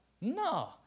no